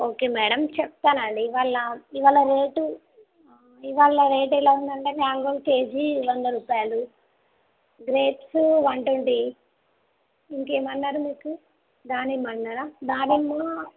okay madam చెప్తానండి ఇవాళ ఇవాళ రేటు ఇవాళ రేట్ ఎలా ఉందంటే మ్యాంగోలు కేజీ వంద రూపాయలు గ్రేప్స్ వన్ ట్వంటీ ఇంకేం అన్నారు మీకు దానిమ్మ అన్నారా దానిమ్మ